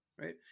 Right